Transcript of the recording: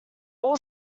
all